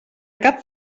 cap